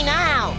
now